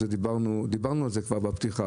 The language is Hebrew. דיברנו על זה בפתיחה.